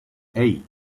hey